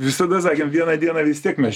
visada sakėm vieną dieną vis tiek mes